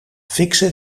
fikse